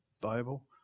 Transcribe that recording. Bible